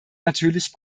natürlich